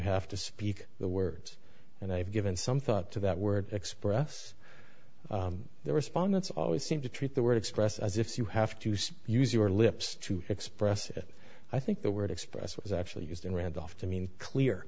have to speak the words and i have given some thought to that word express the respondents always seem to treat the word express as if you have to use your lips to express it i think the word expressed was actually used in randolph to mean clear